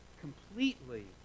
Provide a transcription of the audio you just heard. completely